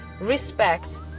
respect